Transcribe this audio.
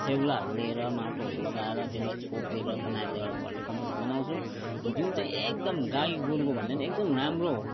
स्याउलाहरू लिएर माटोहरू लगाएर त्यसलाई छोपेर बनाएर एउटा भर्मिकम्पोस्ट बनाउँछौँ जुन चाहिँ गाई गोरुकोभन्दा पनि एकदम राम्रो हो